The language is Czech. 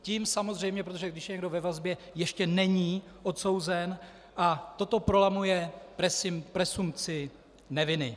Tím samozřejmě, protože když je někdo ve vazbě, ještě není odsouzen, a toto prolamuje presumpci neviny.